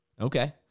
Okay